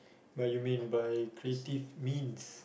but you mean by creative means